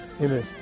Amen